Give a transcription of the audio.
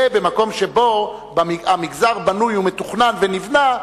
זה במקום שבו המגזר בנוי ומתוכנן ונבנה,